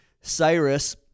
Cyrus